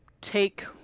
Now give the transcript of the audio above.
take